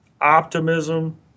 optimism